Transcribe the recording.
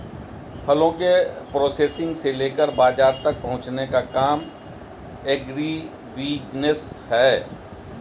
फलों के प्रोसेसिंग से लेकर बाजार तक पहुंचने का काम एग्रीबिजनेस है